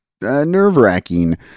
nerve-wracking